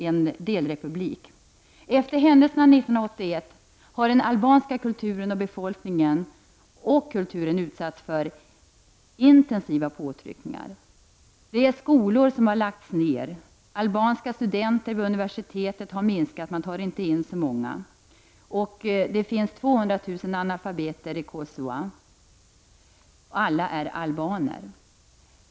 Efter händelserna 1981 har den albanska befolkningen och kulturen utsatts för intensiva påtryckningar. Skolor har lagts ner. Antalet albanska studenter vid universitetet har minskat — det tas inte in så många. Det finns 200 000 analfabeter i Kosova, och alla är albaner.